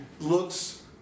looks